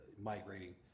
migrating